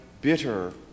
bitter